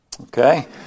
Okay